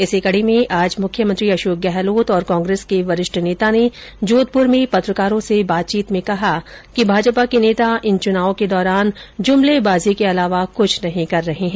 इसी कडी में आज मुख्यमंत्री अशोक गहलोत और कांग्रेस के वरिष्ठ नेता ने जोधपूर में पत्रकारों से बातचीत में कहा कि भाजपा के नेता इन चुनावों के दौरान जुमलेबाजी के अलावा कुछ नहीं कर रहे है